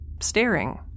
staring